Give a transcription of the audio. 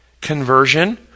conversion